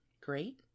Great